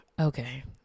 okay